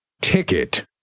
ticket